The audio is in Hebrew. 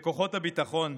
בכוחות הביטחון,